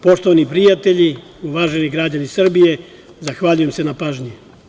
Poštovani prijatelji, uvaženi građani Srbije zahvaljujem se na pažnji.